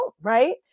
right